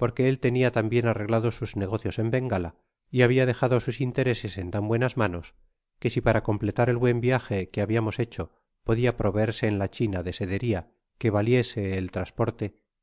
porque él tenia tambien arreglados sus negocios en bengala y habia dejado sus intereses en tan buenas manos que si para completar el buen viaje ue habiamos hecho podia proveerse en la china de sederia que valiese el tras